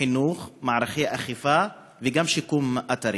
חינוך, מערכי אכיפה, וגם שיקום אתרים,